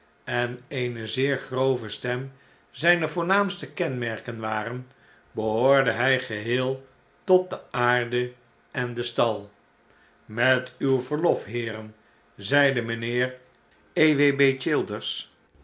en eene zeer grove stem zijne voornaamste kenmerken waren behoorde hij geheel tot de aarde en den stal met uw verlof heeren zeide mijnheer